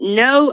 no